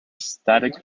static